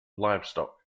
livestock